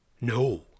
No